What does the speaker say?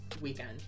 weekend